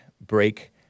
break